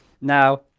Now